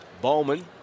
Bowman